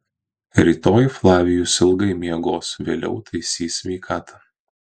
rytoj flavijus ilgai miegos vėliau taisys sveikatą